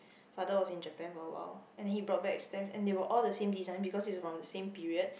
father was in Japan for a while and then he brought back stamps and they were all the same design because it's from the same period